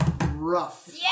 rough